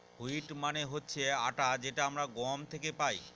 wheat মানে হচ্ছে আটা যেটা আমরা গম থেকে পাই